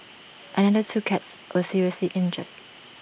another two cats were seriously injured